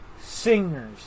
singers